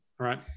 Right